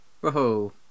whoa